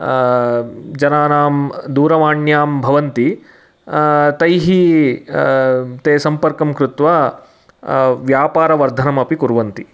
जनानां दूरवाण्यां भवन्ति तैः ते सम्पर्कं कृत्वा व्यापारवर्धनमपि कुर्वन्ति